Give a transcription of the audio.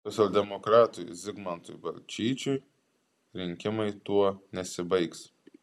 socialdemokratui zigmantui balčyčiui rinkimai tuo nesibaigs